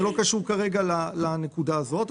זה לא קשור כרגע לנקודה הזאת.